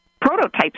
prototypes